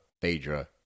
Phaedra